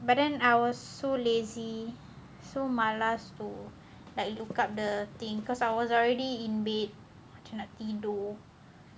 but then I was so lazy so malas to like look up the thing cause I was already in bed macam nak tidur